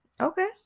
Okay